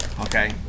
okay